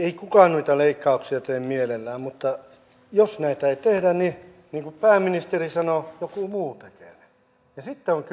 ei kukaan leikkauksia tee mielellään mutta jos niitä ei tehdä niin kuin pääministeri sanoi niin joku muu tekee ne ja sitten on kylmää kyytiä